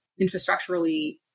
infrastructurally